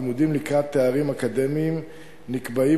לימודים לקראת תארים אקדמיים נקבעים